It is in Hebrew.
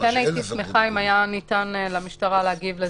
אם ניתן למשטרה להגיב לזה.